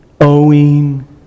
owing